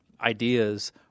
ideas